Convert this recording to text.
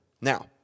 Now